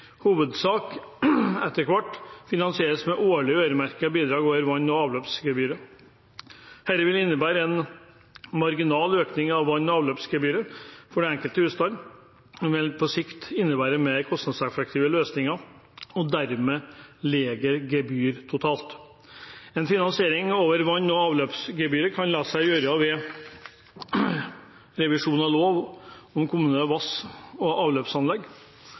hovedsak etter hvert finansieres med årlige, øremerkede bidrag over vann- og avløpsgebyret. Det vil innebære en marginal økning av vann- og avløpsgebyret for den enkelte husstand, men vil på sikt innebære mer kostnadseffektive løsninger og dermed lavere gebyr totalt. En finansiering over vann- og avløpsgebyret kan la seg gjøre ved revisjon av lov om kommunale vann- og avløpsanlegg.